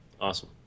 Awesome